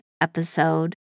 episode